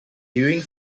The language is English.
during